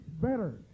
better